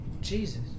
jesus